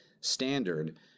standard